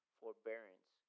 forbearance